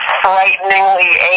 frighteningly